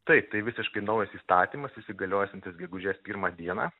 taip tai visiškai naujas įstatymas įsigaliosiantis gegužės pirmą dieną